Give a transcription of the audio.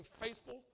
faithful